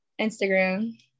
Instagram